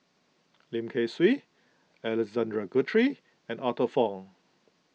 Lim Kay Siu Alexander Guthrie and Arthur Fong